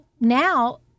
now